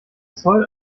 zoll